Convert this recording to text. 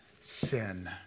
sin